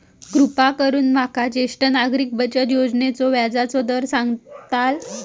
कृपा करून माका ज्येष्ठ नागरिक बचत योजनेचो व्याजचो दर सांगताल